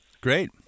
Great